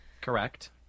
Correct